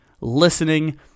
listening